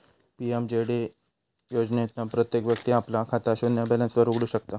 PMJD योजनेतना प्रत्येक व्यक्ती आपला खाता शून्य बॅलेंस वर उघडु शकता